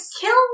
kill